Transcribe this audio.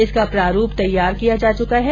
इसका प्रारूप तैयार किया जा चुका है